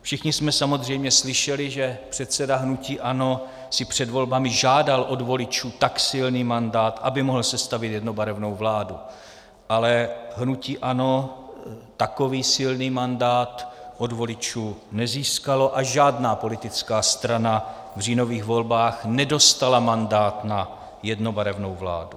Všichni jsme samozřejmě slyšeli, že předseda hnutí ANO si před volbami žádal od voličů tak silný mandát, aby mohl sestavit jednobarevnou vládu, ale hnutí ANO takový silný mandát od voličů nezískalo a žádná politická strana v říjnových volbách nedostala mandát na jednobarevnou vládu.